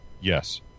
yes